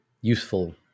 useful